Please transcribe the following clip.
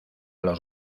los